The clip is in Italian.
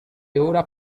ora